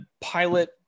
pilot